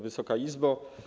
Wysoka Izbo!